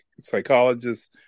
psychologists